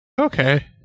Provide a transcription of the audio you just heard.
Okay